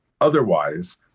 Otherwise